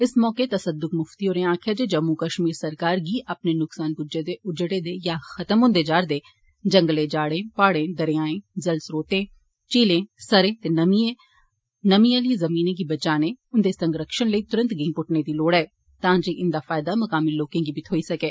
इस मौके तसददुक मुफ्ती होरें आक्खेआ जे जम्मू कश्मीर सरकार गी अपने नुक्सान पुज्जे दे उज्जड़दे या खत्म हुंदे जा'रे जंगलें जाड़ें पहाड़ें दरयाएं जल स्रोतें झीलें सरें ते नमीं आलियें जिमीएं गी बचाने उंदे संरक्षण लेई तुरंत गैंई पुट्टने दी लोड़ ऐ तां जे इंदा फायदा मकामी लोकें गी बी थोई सकै